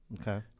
Okay